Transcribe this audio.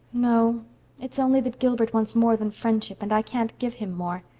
no it's only that gilbert wants more than friendship and i can't give him more.